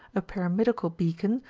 a pyramidical beacon,